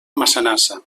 massanassa